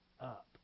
up